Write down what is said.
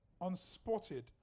unspotted